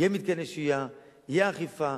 יהיו מתקני שהייה, תהיה אכיפה.